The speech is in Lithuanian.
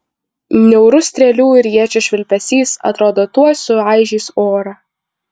niaurus strėlių ir iečių švilpesys atrodo tuoj suaižys orą